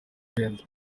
pendo